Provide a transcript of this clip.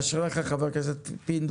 אשריך ח"כ פינדרוס.